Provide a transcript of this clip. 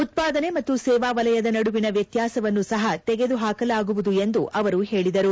ಉತ್ಪಾದನೆ ಮತ್ತು ಸೇವಾ ವಲಯದ ನಡುವಿನ ವ್ಯತ್ಪಾಸವನ್ನು ಸಹ ತೆಗೆದುಹಾಕಲಾಗುವುದು ಎಂದು ಅವರು ಹೇಳಿದರು